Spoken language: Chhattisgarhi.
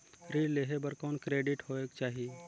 ऋण लेहे बर कौन क्रेडिट होयक चाही?